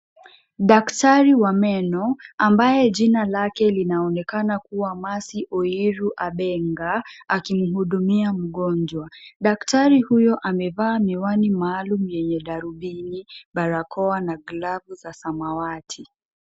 Daktari wa meno ambaye jina lake lina onekana kuwa Mercy Oyiru Abenga, akimhudumia mgonjwa. Daktari huyo amevaa miwani maalum yenye darubini barakoa na glavu za samawati.